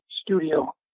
Studio